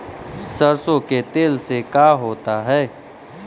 सरसों के तेल से का होता है?